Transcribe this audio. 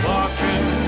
Walking